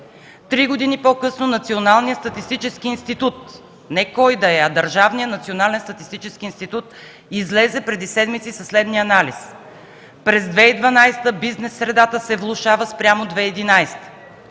Три години по-късно Националният статистически институт, не кой да е, а държавният Национален статистически институт, излезе преди седмици със следния анализ: през 2012 г. бизнес средата се влошава спрямо 2011